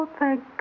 thank